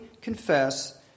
confess